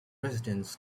residents